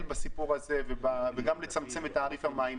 בסיפור הזה וגם לצמצם את תעריף המים.